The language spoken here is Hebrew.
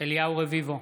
אליהו רביבו,